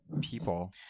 people